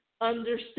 understand